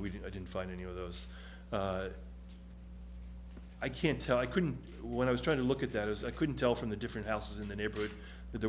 we didn't i didn't find any of those i can't tell i couldn't when i was trying to look at that as i could tell from the different houses in the neighborhood that there